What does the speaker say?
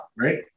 right